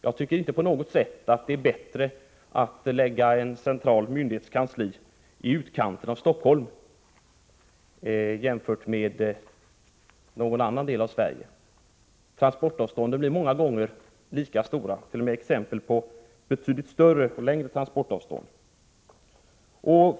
Jag tycker inte att det på något sätt är bättre att lägga en central myndighets kansli i utkanten av Stockholm, jämfört med någon annan del av Sverige. Transportavstånden blir många gånger lika stora, och det finns t.o.m. exempel på betydligt större transportavstånd.